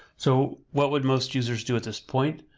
so what would most users do at this point,